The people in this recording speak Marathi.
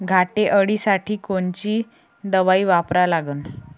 घाटे अळी साठी कोनची दवाई वापरा लागन?